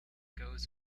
goes